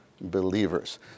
Believers